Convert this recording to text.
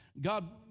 God